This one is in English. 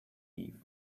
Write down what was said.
eve